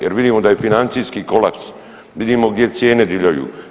Jer vidimo da je financijski kolaps, vidimo gdje cijene divljaju.